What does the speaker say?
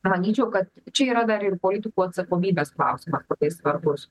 manyčiau kad čia yra dar ir politikų atsakomybės klausimas labai svarbus